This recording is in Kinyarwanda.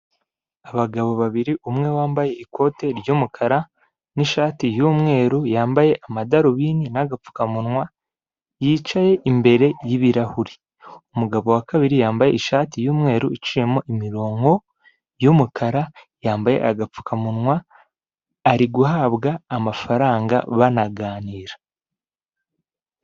Abagabo babiri umwe wambaye ikote ry'umukara n'ishati y'umweru, yambaye amadarubindi n'agapfukamunwa yicaye imbere y'ibirahuri, umugabo wa kabiri yambaye ishati y'umweru iciyemo imirongo umukara, yambaye agapfukamunwa ari guhabwa amafaranga banaganira.